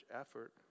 effort